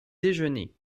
déjeuner